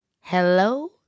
Hello